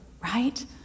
right